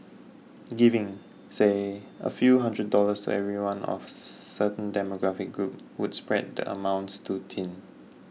giving say a few hundred dollars everyone of certain demographic group would spread the amounts too thin